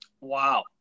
Wow